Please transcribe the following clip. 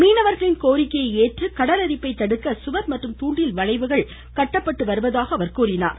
மீனவர்களின் கோரிக்கையை ஏற்று கடல் அரிப்பை தடுக்க சுவர் மற்றும் தூண்டில் வலைகள் கட்டப்பட்டு வருவதாக குறிப்பிட்டார்